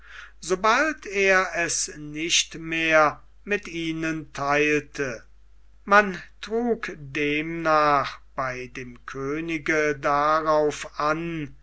sobald er es nicht mehr mit ihnen theilte man trug demnach bei dem könig darauf an